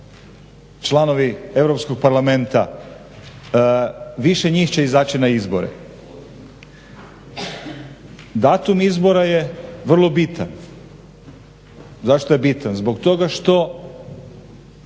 članovi Europskog parlamenta više njih će izaći na izbore. Datum izbora je vrlo bitan. Zašto je bitan? Zbog toga što